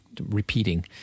repeating